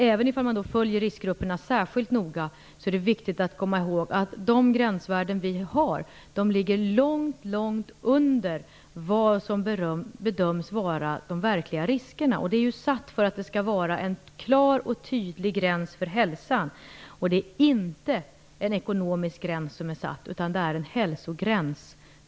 Även om man följer riskgrupperna särskilt noga är viktigt att komma ihåg att de gränsvärden vi har ligger långt under vad som bedöms innebära de verkliga riskerna. De är ju satta för att det skall vara en klar och tydlig gräns för hälsan. Det är inte en ekonomisk gräns som är satt, utan en hälsogräns.